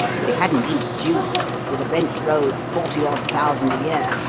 if he hadn't been a duke, with a rent-roll of forty odd thousand a year,